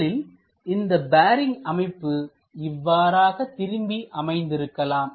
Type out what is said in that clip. முதலில் இந்த பேரிங் அமைப்பு இவ்வாறாக திரும்பி அமைந்திருக்கலாம்